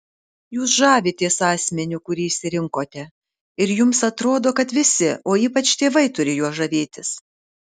jūs žavitės asmeniu kurį išsirinkote ir jums atrodo kad visi o ypač tėvai turi juo žavėtis